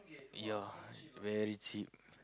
ya very cheap